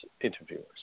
interviewers